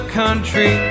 country